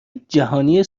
جهانی